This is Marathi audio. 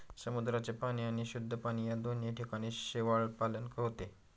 समुद्राचे पाणी आणि शुद्ध पाणी या दोन्ही ठिकाणी शेवाळपालन होते